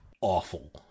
awful